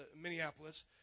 Minneapolis